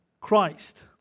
Christ